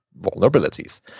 vulnerabilities